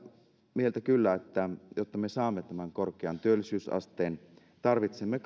mieltä että jotta me saamme tämän korkean työllisyysasteen tarvitsemme